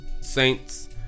saints